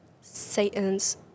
Satan's